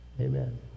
Amen